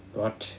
what